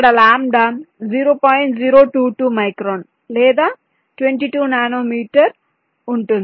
022 micron లేదా 22 nanometre ఉంటుంది